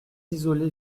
isolé